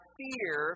fear